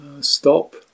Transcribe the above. stop